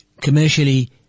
commercially